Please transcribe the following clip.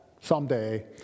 someday